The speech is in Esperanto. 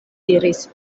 diris